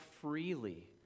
freely